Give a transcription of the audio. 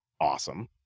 awesome